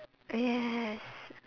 yes